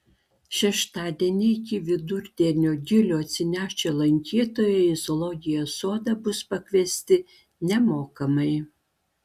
šeštadienį iki vidurdienio gilių atsinešę lankytojai į zoologijos sodą bus pakviesti nemokamai